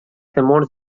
temors